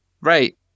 right